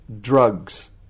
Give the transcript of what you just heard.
drugs